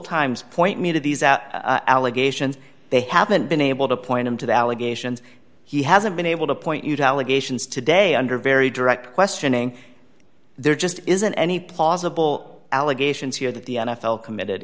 these allegations they haven't been able to point him to the allegations he hasn't been able to point you to allegations today under very direct questioning there just isn't any plausible allegations here that the n f l committed